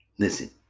Listen